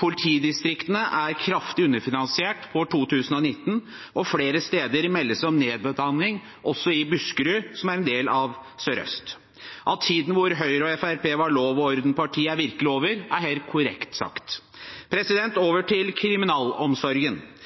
politidistriktene er kraftig underfinansiert for 2019, og flere steder meldes det om nedbemanning – også i Buskerud, som er en del av Sør-Øst politidistrikt. At tiden da Høyre og Fremskrittspartiet var lov og orden-partier, virkelig er over, er helt korrekt sagt.